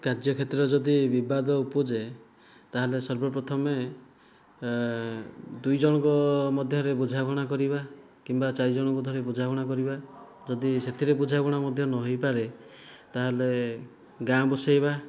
କାର୍ଯ୍ୟକ୍ଷେତ୍ରରେ ଯଦି ବିବାଦ ଉପୁଜେ ତା'ହେଲେ ସର୍ବପ୍ରଥମେ ଦୁଇଜଣଙ୍କ ମଧ୍ୟରେ ବୁଝାମଣା କରିବା କିମ୍ବା ଚାରିଜଣଙ୍କୁ ଧରି ବୁଝାମଣା କରିବା ଯଦି ସେଥିରେ ବୁଝାମଣା ମଧ୍ୟ ନ ହୋଇପାରେ ତା'ହେଲେ ଗାଁ ବସାଇବା